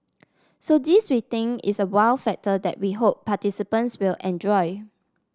so this we think is a wow factor that we hope participants will enjoy